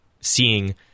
seeing